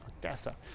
Odessa